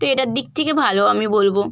তো এটার দিক থেকে ভালো আমি বলবো